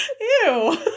Ew